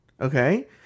Okay